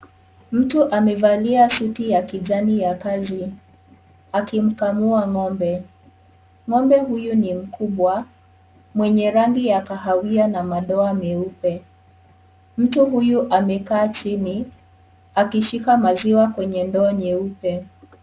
Mtu amevalia suti ya kijani ya kazi akimkamua ng'ombe, ng'ombe huyo ni mkubwa mwenye rangi ya kawahia na madoa meupe mtu huyu amekaa chini akishika maziwa kwenye ndoo nyeupe.